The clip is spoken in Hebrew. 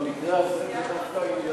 במקרה הזה זה דווקא